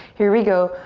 here we go.